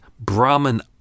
Brahman